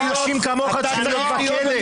אנשים כמוך צריכים להיות בכלא.